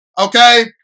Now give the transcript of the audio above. Okay